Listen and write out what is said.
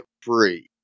free